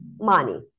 money